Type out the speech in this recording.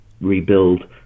Rebuild